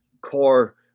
core